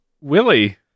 Willie